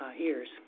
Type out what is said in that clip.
ears